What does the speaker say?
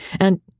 and—